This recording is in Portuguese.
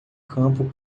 campo